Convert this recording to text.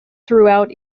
throughout